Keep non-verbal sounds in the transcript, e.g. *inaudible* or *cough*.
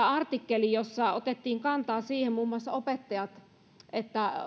*unintelligible* artikkeli jossa otettiin muun muassa opettajat kantaa siihen että